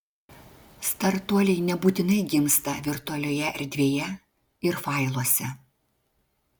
startuoliai nebūtinai gimsta virtualioje erdvėje ir failuose